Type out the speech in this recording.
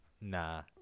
Nah